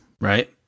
right